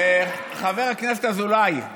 חבר הכנסת אזולאי,